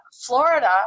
Florida